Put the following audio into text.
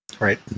Right